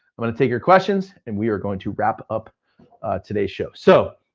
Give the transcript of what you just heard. i'm gonna take your questions and we are going to wrap up today's show. so,